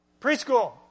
Preschool